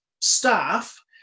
staff